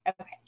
okay